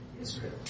Israel